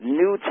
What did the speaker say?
new